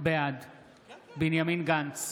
בעד בנימין גנץ,